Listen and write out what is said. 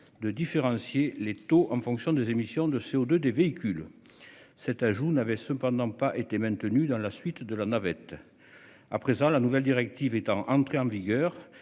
de différencier les taux en fonction des émissions de CO2 des véhicules. Cet ajout n'avait cependant pas été maintenue dans la suite de la navette. À présent la nouvelle directive étant entré en vigueur